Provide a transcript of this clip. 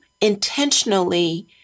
intentionally